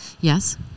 Yes